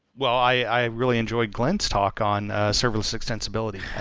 well, i really enjoyed glen's talk on serverless extensibility